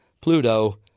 Pluto